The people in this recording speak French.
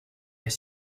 est